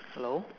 hello